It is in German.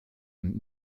und